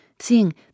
seeing